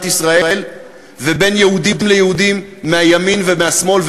ישראל ובין יהודים ליהודים מהימין ומהשמאל,